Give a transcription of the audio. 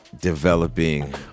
developing